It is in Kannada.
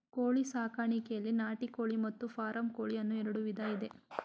ಕೋಳಿ ಸಾಕಾಣಿಕೆಯಲ್ಲಿ ನಾಟಿ ಕೋಳಿ ಮತ್ತು ಫಾರಂ ಕೋಳಿ ಅನ್ನೂ ಎರಡು ವಿಧ ಇದೆ